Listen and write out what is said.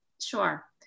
Sure